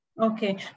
Okay